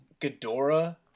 Ghidorah